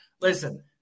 Listen